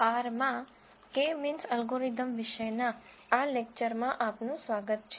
R માં K means algorithm વિષયના આ લેકચરમાં આપનું સ્વાગત છે